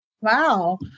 Wow